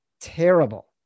terrible